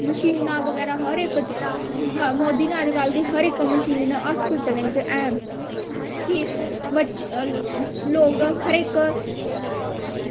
मशीनां बगैरा ते मोदी नै हर इक्क मशीन हॉस्पिटलें च हैन कि लोग हर इक्क